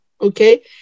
Okay